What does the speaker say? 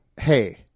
hey